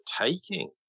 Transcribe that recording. taking